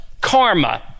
karma